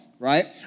Right